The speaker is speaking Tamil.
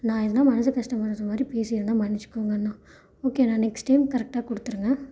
நான் எதுனா மனசு கஷ்டப்படுகிற மாதிரி பேசி இருந்தால் மன்னிச்சுக்கோங்க அண்ணா ஓகேண்ணா நெக்ஸ்ட் டைம் கரெக்டாக கொடுத்துருங்க